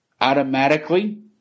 Automatically